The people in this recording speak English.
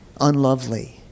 unlovely